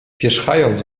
pierzchając